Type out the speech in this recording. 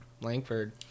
Langford